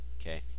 Okay